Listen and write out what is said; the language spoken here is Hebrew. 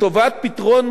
לטובת פתרון